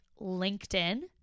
LinkedIn